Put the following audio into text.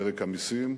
פרק המסים.